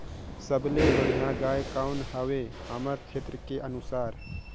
सबले बढ़िया गाय कौन हवे हमर क्षेत्र के अनुसार?